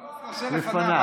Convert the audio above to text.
לא, הקודם.